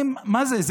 מה זה?